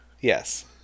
Yes